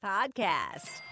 Podcast